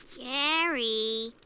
Gary